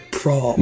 prom